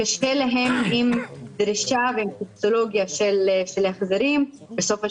קשה להם עם דרישה ועם טופסולוגיה של החזרים בסוף השנה,